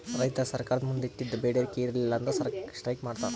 ರೈತರ್ ಸರ್ಕಾರ್ದ್ ಮುಂದ್ ಇಟ್ಟಿದ್ದ್ ಬೇಡಿಕೆ ಈಡೇರಲಿಲ್ಲ ಅಂದ್ರ ಸ್ಟ್ರೈಕ್ ಮಾಡ್ತಾರ್